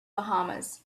bahamas